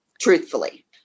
Truthfully